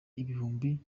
ibihumbi